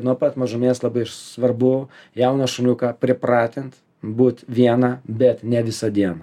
nuo pat mažumės labai svarbu jauną šuniuką pripratint būt vieną bet ne visą dieną